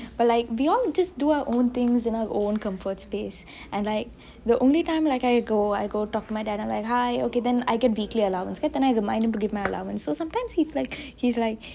but like we all just do our own things in our own comfort space and the only time I go I go talk to my dad then I can be clear allowance because mind don't give my allowance so sometimes he's like he's like